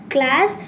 Class